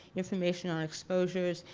information on exposures,